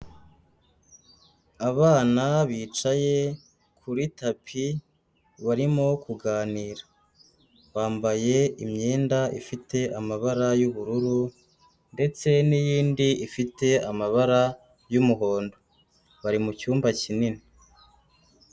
Abana bicaye kuri tapi barimo kuganira, bambaye imyenda ifite amabara y'ubururu ndetse n'iyindi ifite amabara y'umuhondo, bari mu cyumba kinini.